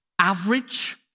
average